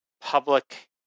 public